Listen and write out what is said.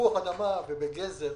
בתפוח אדמה ובגזר,